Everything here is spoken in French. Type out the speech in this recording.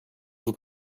vous